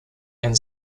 and